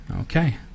Okay